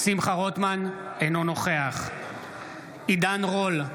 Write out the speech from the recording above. אינו נוכח עידן רול,